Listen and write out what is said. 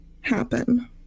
happen